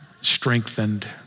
strengthened